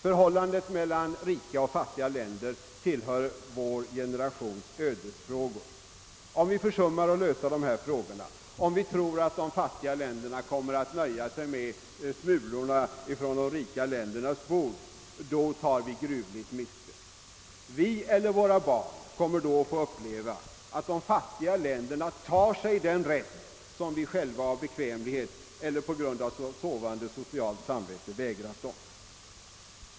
Förhållandet mellan rika och fattiga länder tillhör vår generations ödesfrågor. Om vi försummar att lösa dessa frågor, om vi tror att de fattiga länderna kommer att nöja sig med smulorna från de rika ländernas bord, tar vi gruvligt miste. Vi eller våra barn kommer då att få uppleva att de fattiga länderna tar sig den rätt som vi själva av bekvämlighet eller på grund av sovande socialt samvete vägrat dem.